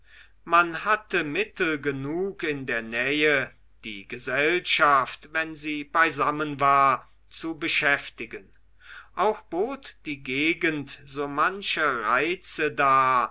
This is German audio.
man hatte mittel genug in der nähe die gesellschaft wenn sie beisammen war zu beschäftigen auch bot die gegend so manche reize dar